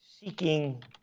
seeking